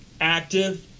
active